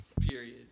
period